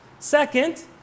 Second